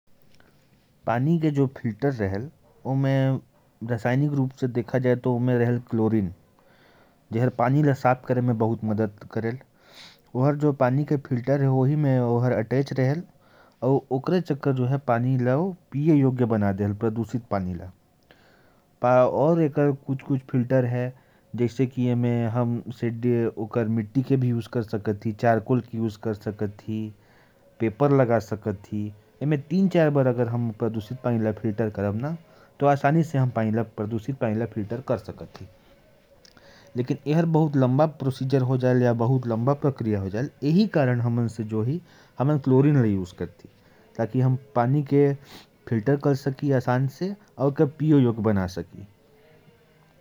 पानी के जो फिल्टर होते हैं, रासायनिक रूप से देखा जाए तो उनमें क्लोरीन होता है, जो पानी को साफ करता है। और एक विधि है, जिसमें चारकोल से भी पानी को साफ किया जाता है, लेकिन इसमें ज्यादा समय लग जाता है।